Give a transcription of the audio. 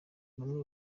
bamwe